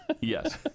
Yes